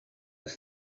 was